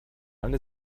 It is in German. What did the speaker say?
eine